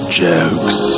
jokes